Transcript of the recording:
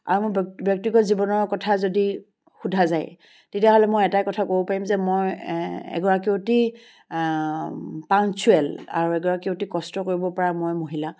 আৰু মোৰ ব্যক্তিগত জীৱনৰ কথা যদি সুধা যায় তেতিয়াহ'লে মই এটাই কথাই ক'ব পাৰিম যে মই এগৰাকী অতি পাংচ্যুৱেল আৰু এগৰাকী অতি কষ্ট কৰিব পৰা মই মহিলা